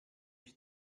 ich